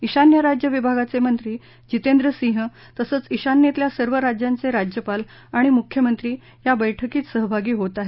ईशान्य राज्य विभागाचे मंत्री जितेंद्र सिंह तसंच ईशान्येतल्या सर्व राज्यांचे राज्यपाल आणि मुख्यमंत्री या बैठकीत सहभागी होत आहेत